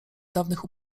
dawnych